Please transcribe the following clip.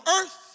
earth